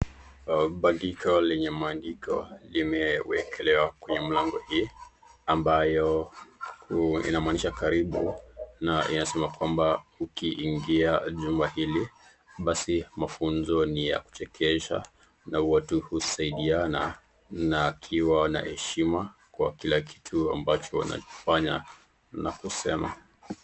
Bandiko lenye maandiko limewekelewa kwenye mlango hii ambayo inamaanisha karibu na yasema kwamba ukiingia jumba hili; basi mafunzo ni ya kuchekesha na watu husaidiana na wakiwa na heshima kwa kila kitu ambacho wanakifanya na kusema.